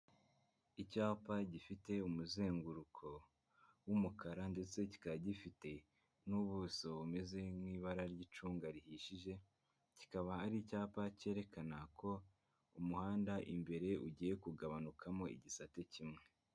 Icyapa gifite umuzenguruko w'umukara ndetse kikaba gifite n'ubuso bumeze nk'ibara ry'icunga rihishije kikaba hari icyapa cyerekana ko umuhanda imbere ugiye kugabanukamo igisate kimwe.